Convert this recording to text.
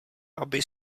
aby